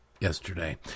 yesterday